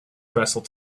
wrestled